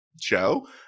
show